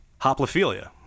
Hoplophilia